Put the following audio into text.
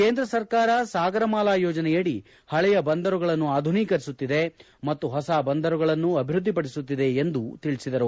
ಕೇಂದ್ರ ಸರ್ಕಾರ ಸಾಗರ ಮಾಲಾ ಯೋಜನೆಯಡಿ ಹಳೆಯ ಬಂದರುಗಳನ್ನು ಆಧುನೀಕರಿಸುತ್ತಿದೆ ಮತ್ತು ಹೊಸ ಬಂದರುಗಳನ್ನು ಅಭಿವೃದ್ದಿಪಡಿಸುತ್ತಿದೆ ಎಂದೂ ತಿಳಿಸಿದರು